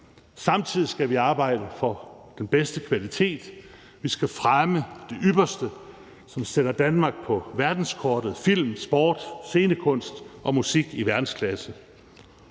Samtidig skal vi arbejde for den bedste kvalitet; vi skal fremme det ypperste, som sætter Danmark på verdenskortet – film, sport, scenekunst og musik i verdensklasse.